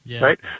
right